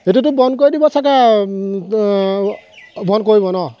সেইটোটো বন্ধ কৰি দিব চাগে বন্ধ কৰিব ন